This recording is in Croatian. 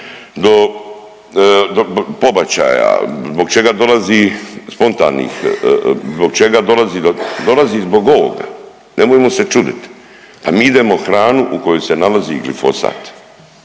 do pobačaja, zbog čega dolazi spontanih, zbog čega dolazi? Dolazi zbog ovoga, nemojmo se čudit, pa mi jidemo hranu u kojoj se nalazi glifosat